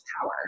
power